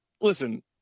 listen